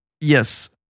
Yes